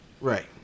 Right